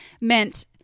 meant